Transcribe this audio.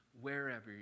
wherever